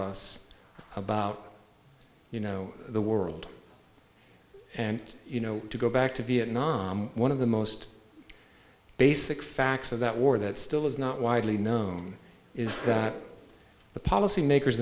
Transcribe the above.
us about you know the world and you know to go back to vietnam one of the most basic facts of that war that still is not widely known is that the policy makers